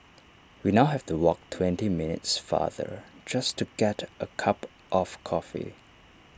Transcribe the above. we now have to walk twenty minutes farther just to get A cup of coffee